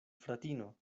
fratino